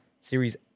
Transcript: Series